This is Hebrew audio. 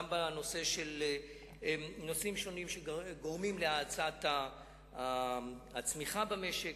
בנושאים שונים שגורמים להאצת הצמיחה במשק.